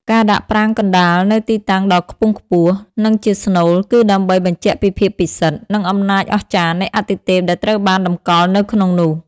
ការដាក់ប្រាង្គកណ្តាលនៅទីតាំងដ៏ខ្ពង់ខ្ពស់ និងជាស្នូល គឺដើម្បីបញ្ជាក់ពីភាពពិសិដ្ឋ និងអំណាចអស្ចារ្យនៃអាទិទេពដែលត្រូវបានតម្កល់នៅក្នុងនោះ។